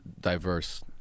diverse